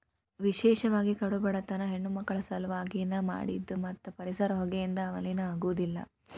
ವಿಶೇಷವಾಗಿ ಕಡು ಬಡತನದ ಹೆಣ್ಣಮಕ್ಕಳ ಸಲವಾಗಿ ನ ಮಾಡಿದ್ದ ಮತ್ತ ಪರಿಸರ ಹೊಗೆಯಿಂದ ಮಲಿನ ಆಗುದಿಲ್ಲ